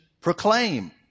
proclaim